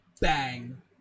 bang